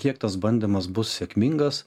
kiek tas bandymas bus sėkmingas